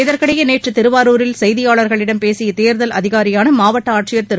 இதற்கிடையே நேற்று திருவாரூரில் செய்தியாளர்களிடம் பேசிய தேர்தல் அதிகாரியான மாவட்ட ஆட்சியர் திரு